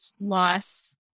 loss